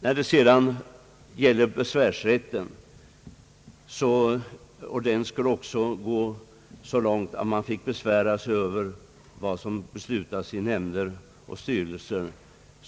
Det har föreslagits att besvärsrätten skulle utsträckas så långt att man fick besvära sig över vad som beslutades i nämnder och styrelser.